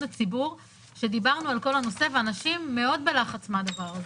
הציבור ושאנשים מאוד בלחץ מהדבר הזה.